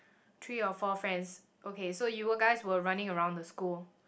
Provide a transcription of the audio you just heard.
three or four friends okay so you guys were running around the school